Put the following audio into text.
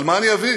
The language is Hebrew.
על מה אני אביא,